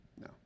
No